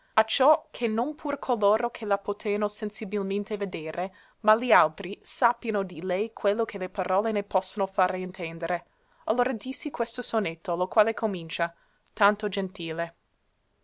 operazioni acciò che non pur coloro che la poteano sensibilmente vedere ma li altri sappiano di lei quello che le parole ne possono fare intendere allora dissi questo sonetto lo quale comincia tanto gentile